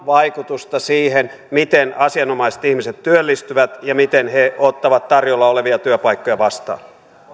vaikutusta siihen miten asianomaiset ihmiset työllistyvät ja miten he ottavat tarjolla olevia työpaikkoja vastaan